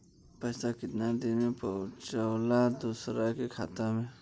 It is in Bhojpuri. पैसा कितना देरी मे पहुंचयला दोसरा के खाता मे?